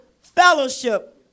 fellowship